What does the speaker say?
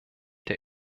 der